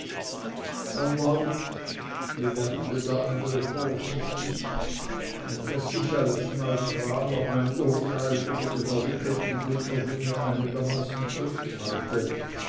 bemerkte der andere vorsichtig daß ich als neutraler mein urteil über die verwickelten bündnerdinge einigermaßen zurückhalte